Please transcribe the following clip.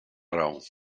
grau